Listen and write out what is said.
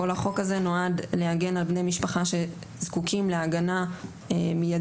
כל החוק הזה נועד להגן על בני משפחה שזקוקים להגנה מיידית,